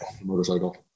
motorcycle